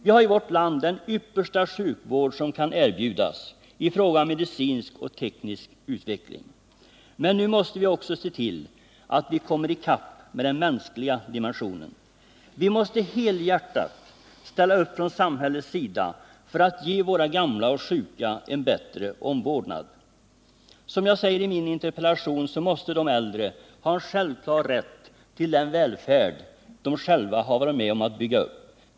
Vi har i vårt land den yppersta sjukvård som kan erbjudas i fråga om medicinsk och teknisk utveckling. Men nu måste vi också se till att vi kommer i kapp med den mänskliga dimensionen. Vi måste från samhällets sida helhjärtat ställa upp för att ge våra gamla och sjuka en bättre omvårdnad. Som jag säger i min interpellation måste de äldre ha en självklar rätt till den välfärd de själva har varit med om att bygga upp.